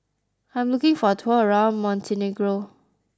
I am looking for a tour around Montenegro